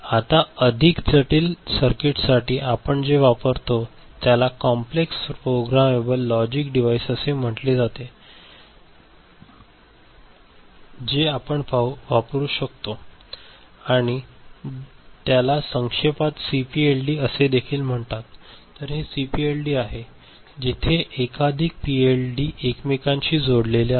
आता अधिक जटिल सर्किट्ससाठी आपण जे वापरतो त्याला कॉम्प्लेक्स प्रोग्रामेबल लॉजिक डिव्हाइस असे म्हटले जाते जे आपण वापरू शकतो आणि त्याला संक्षेपात सीपीएलडी असे देखील म्हणतात तर हे सीपीएलडी आहे जिथे एकाधिक पीएलडी एकमेकांशी जोडलेले आहेत